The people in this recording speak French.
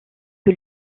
que